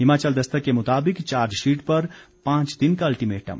हिमाचल दस्तक के मुताबिक चार्जशीट पर पांच दिन का अल्टीमेटम